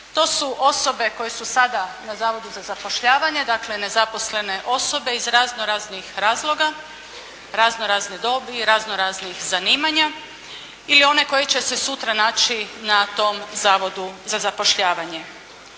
To su osobe koje su sada na Zavodu za zapošljavanje dakle nezaposlene osobe iz razno raznih razloga, razno razne dobi i razno raznih zanimanja ili one koji će se sutra naći na tom Zavodu za zapošljavanje.